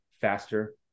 faster